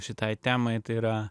šitai temai tai yra